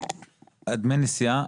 דמי נסיעה.